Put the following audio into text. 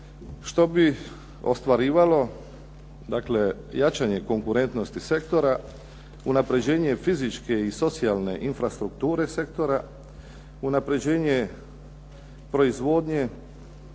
što bi ostvarivalo, dakle jačanje konkurentnosti sektora, unapređenje fizičke i socijalne infrastrukture sektora, unapređenje proizvodnje,